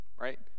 right